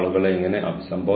അപ്പോൾ ഞാൻ ഒരു പരസ്യം കണ്ടു